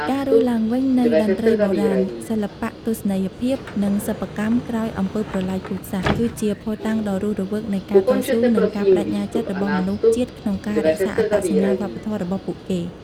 ការរស់ឡើងវិញនៃតន្ត្រីបុរាណ សិល្បៈទស្សនីយភាព និងសិប្បកម្មក្រោយអំពើប្រល័យពូជសាសន៍ គឺជាភស្តុតាងដ៏រស់រវើកនៃការតស៊ូ និងការប្តេជ្ញាចិត្តរបស់មនុស្សជាតិក្នុងការរក្សាអត្តសញ្ញាណវប្បធម៌របស់ពួកគេ។